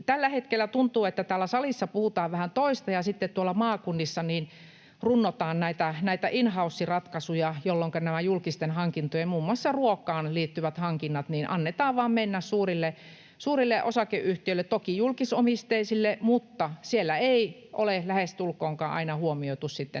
Tällä hetkellä tuntuu, että täällä salissa puhutaan vähän toista ja sitten tuolla maakunnissa runnotaan näitä in-house-ratkaisuja, jolloinka näiden julkisten hankintojen, muun muassa ruokaan liittyvien hankintojen, annetaan vain mennä suurille osakeyhtiöille, toki julkis-omisteisille, mutta siellä ei ole lähestulkoonkaan aina huomioitu näitä